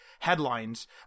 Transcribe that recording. Headlines